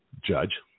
Judge